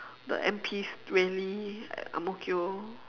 the M_P's rally at ang-mo-kio